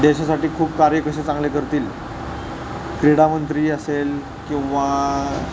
देशासाठी खूप कार्य कसे चांगले करतील क्रीडा मंत्री असेल किंवा